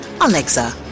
Alexa